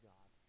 God